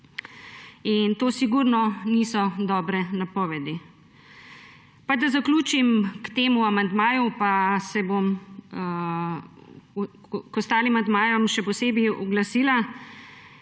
To sigurno niso dobre napovedi. Pa da zaključim o tem amandmaju, pa se bom k ostalim amandmajem še posebej oglasila.